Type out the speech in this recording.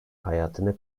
hayatını